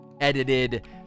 edited